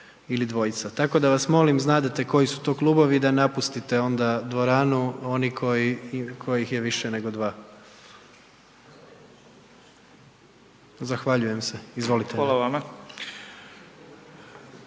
Ili dvojica. Tako da vas molim, znadete koji su to klubovi, da napustite onda dvoranu, oni kojih je više nego dva. Zahvaljujem se. Izvolite. **Beroš,